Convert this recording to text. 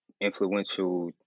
influential